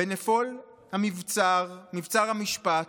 בנפול מבצר המשפט,